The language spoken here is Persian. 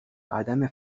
عدم